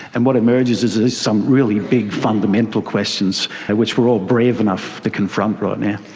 and what emerges is is some really big, fundamental questions, and which we're all brave enough to confront right now.